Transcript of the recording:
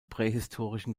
prähistorischen